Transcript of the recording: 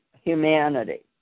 humanity